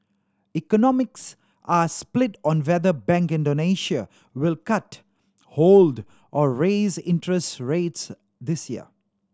economists are split on whether Bank Indonesia will cut hold or raise interest rates this year